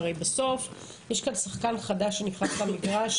הרי בסוף יש כאן שחקן חדש שנכנס למגרש